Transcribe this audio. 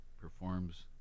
performs